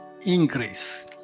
increase